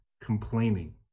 complaining